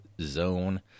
zone